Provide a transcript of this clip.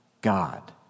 God